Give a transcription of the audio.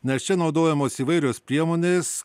nes čia naudojamos įvairios priemonės